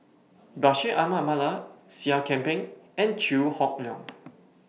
Bashir Ahmad Mallal Seah Kian Peng and Chew Hock Leong